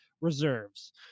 Reserves